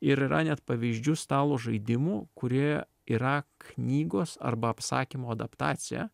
ir yra net pavyzdžių stalo žaidimų kurie yra knygos arba apsakymo adaptacija